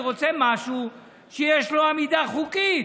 אני רוצה משהו שיש לו עמידה חוקית,